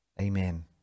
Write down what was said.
Amen